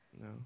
No